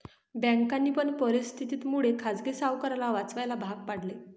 बँकांनी पण परिस्थिती मुळे खाजगी सावकाराला वाचवायला भाग पाडले